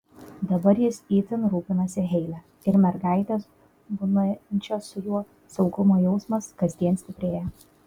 dabar jis itin rūpinasi heile ir mergaitės būnančios su juo saugumo jausmas kasdien stiprėja